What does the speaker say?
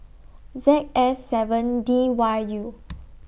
Z S seven D Y U